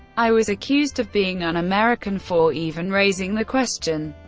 i was accused of being un-american for even raising the question.